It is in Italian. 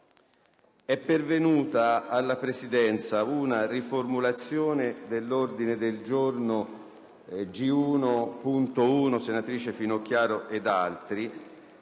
È pervenuta alla Presidenza una riformulazione dell'ordine del giorno G1.1, presentato dalla senatrice Finocchiaro e da altri